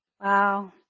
Wow